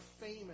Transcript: famous